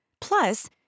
Plus